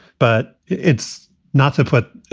but it's not to put.